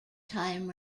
time